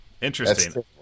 Interesting